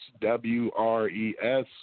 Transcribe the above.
W-R-E-S